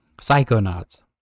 Psychonauts